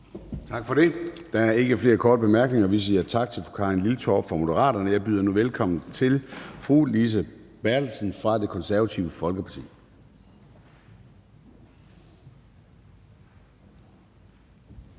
Tak for det. Der er ingen korte bemærkninger, så vi siger tak til fru Nanna W. Gotfredsen fra Moderaterne. Jeg byder nu velkommen til hr. Per Larsen fra Det Konservative Folkeparti.